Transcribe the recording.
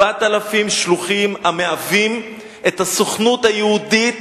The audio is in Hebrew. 4,000 שלוחים, המהווים את הסוכנות היהודית